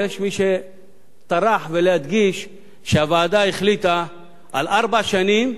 יש מי שטרח והדגיש שהוועדה החליטה על ארבע שנים,